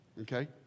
Okay